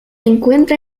encuentra